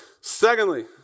Secondly